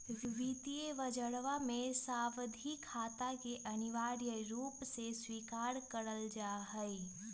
वित्तीय बजरवा में सावधि खाता के अनिवार्य रूप से स्वीकार कइल जाहई